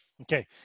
Okay